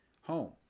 home